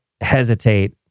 hesitate